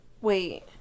Wait